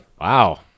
Wow